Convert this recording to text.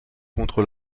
contre